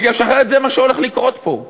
בגלל שאחרת זה מה שהולך לקרות פה.